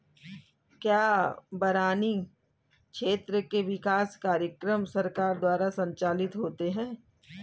क्या बरानी क्षेत्र के विकास कार्यक्रम सरकार द्वारा संचालित होते हैं?